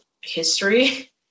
history